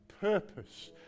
purpose